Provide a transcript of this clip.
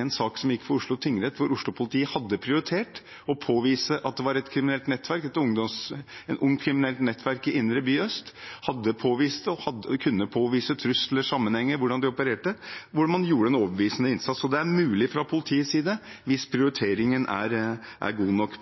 en sak for Oslo tingrett hvor Oslo-politiet hadde prioritert å påvise at det var et kriminelt nettverk, et ungt kriminelt nettverk, i indre by øst. De kunne påvise trusler, sammenhenger og hvordan de opererte. Man gjorde en overbevisende innsats, så det er mulig fra politiets side hvis prioriteringen er god nok.